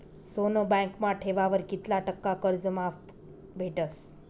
सोनं बँकमा ठेवावर कित्ला टक्का कर्ज माफ भेटस?